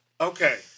Okay